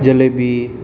jalebi